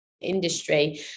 industry